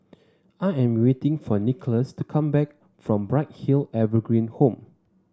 I am waiting for Nicolas to come back from Bright Hill Evergreen Home